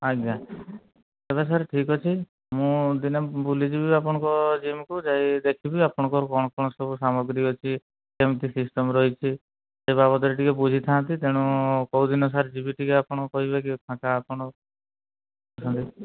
ଆଜ୍ଞା ତେବେ ସାର୍ ଠିକ୍ ଅଛି ମୁଁ ଦିନେ ବୁଲିଯିବି ଆପଣଙ୍କ ଜିମ୍କୁ ଯାଇକି ଦେଖିବି ଆପଣଙ୍କର କ'ଣ କ'ଣ ସବୁ ସାମଗ୍ରୀ ଅଛି କେମିତି ସିଷ୍ଟମ୍ ରହିଛି ସେ ବାବଦରେ ଟିକେ ବୁଝିଥାନ୍ତି ତେଣୁ କେଉଁଦିନ ସାର୍ ଯିବି ଟିକେ ଆପଣ କହିବେ କି ଫାଙ୍କା ଆପଣ ଅଛନ୍ତି